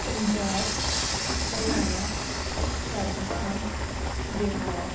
Punjab Haryana Rajasthan Bihar